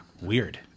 weird